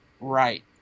Right